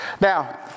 Now